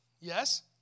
Yes